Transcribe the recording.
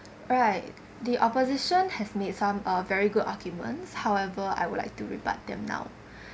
alright the opposition has made some uh very good arguments however I would like to rebut them now